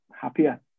happier